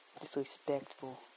disrespectful